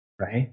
right